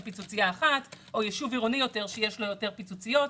פיצוציה אחת או ישוב עירוני יותר שיש לו יותר פיצוציות.